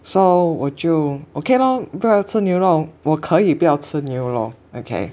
so 我就 okay lor 不要吃牛肉我可以不要吃牛肉 okay